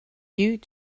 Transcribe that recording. you